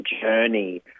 journey